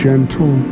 Gentle